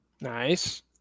Nice